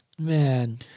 Man